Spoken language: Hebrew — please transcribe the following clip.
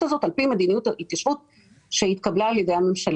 הזאת על פי מדיניות ההתיישבות שנתקבלה על ידי הממשלה.